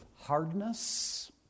hardness